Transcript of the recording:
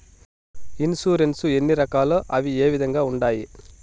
insurance ఎన్ని రకాలు అవి ఏ విధంగా ఉండాయి